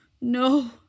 No